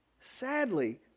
Sadly